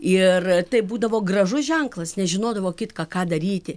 ir tai būdavo gražus ženklas nežinodavo kitką ką daryti